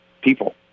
people